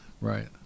Right